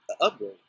upgrade